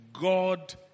God